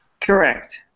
Correct